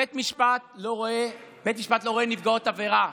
בית משפט לא רואה נפגעות עבירה.